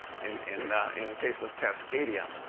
in and and and the case of cascadia.